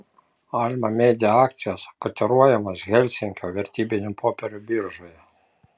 alma media akcijos kotiruojamos helsinkio vertybinių popierių biržoje